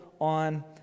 on